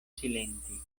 silenti